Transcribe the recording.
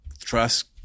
trust